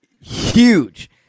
Huge